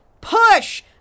push